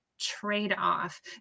trade-off